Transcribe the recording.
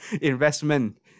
investment